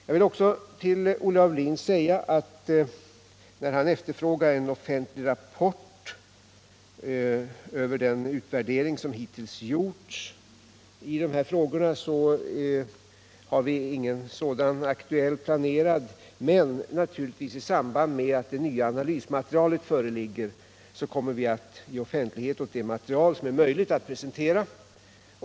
Jag vill med anledning av att Olle Aulin efterfrågar en offentlig rapport över den utvärdering som hittills gjorts i dessa frågor säga, att vi inte har någon aktuell sådan planerad. I samband med att det nya analysmaterialet föreligger kommer vi emellertid naturligtvis att ge offentlighet åt det material som är möjligt att presentera.